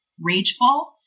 rageful